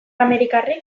amerikarrek